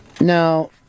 Now